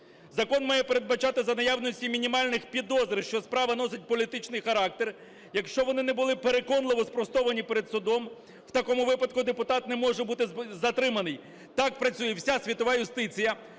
Закон має передбачати за наявності мінімальних підозр, що справа носить політичний характер, якщо вони не були переконливо спростовані перед судом, в такому випадку депутат не може бути затриманий. Так працює вся світова юстиція,